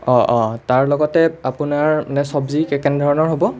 অঁ অঁ তাৰ লগতে আপোনাৰ মানে চব্জী কেনেধৰণৰ হ'ব